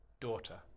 Daughter